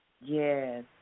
Yes